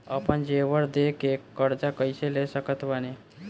आपन जेवर दे के कर्जा कइसे ले सकत बानी?